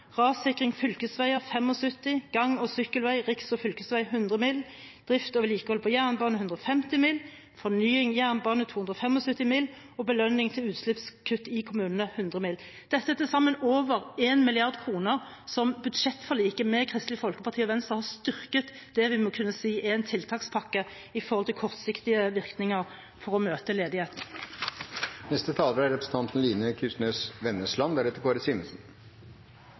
Rassikring av fylkesveier økes med 75 mill. kr. Gang- og sykkelvei, riks- og fylkesvei, 100 mill. kr, drift og vedlikehold på jernbane, 150 mill. kr, fornying jernbane, 275 mill. kr, og belønning til utslippskutt i kommunene er på 100 mill. kr. Dette er til sammen over 1 mrd. kr som budsjettforliket med Kristelig Folkeparti og Venstre har styrket det vi må kunne si er en tiltakspakke når det gjelder kortsiktige virkninger for å møte ledigheten. Budsjettet som blir vedtatt i dag, er